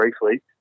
briefly